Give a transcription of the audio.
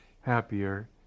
happier